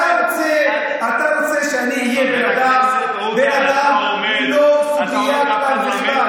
אתה רוצה שאני אהיה בן אדם ללא סוגיה כלל וכלל,